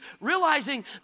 realizing